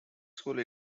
school